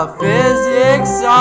physics